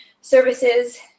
services